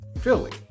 Philly